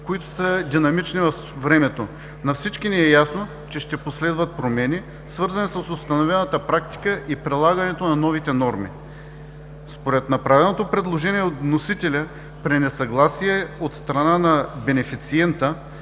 които са динамични във времето. На всички ни е ясно, че ще последват промени, свързани с установената практика и прилагането на новите норми. Според направеното предложение от вносителя, при несъгласие от страна на бенефициента